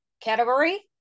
category